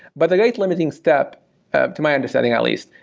but the rate limiting step to my understanding at least,